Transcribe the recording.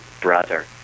brother